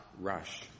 rush